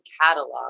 catalog